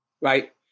Right